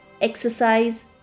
exercise